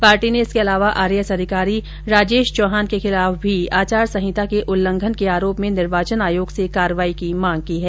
party ने इसके अलावा आरएएस अधिकारी राजेश चौहान के खिलाफ भी आचार संहिता के उल्लंघन के आरोप में निर्वाचन आयोग से कार्रवाई की मांग की है